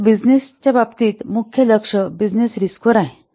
तर बिजिनेसच्या बाबतीत मुख्य लक्ष बिजनेस रिस्कवर आहे